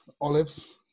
olives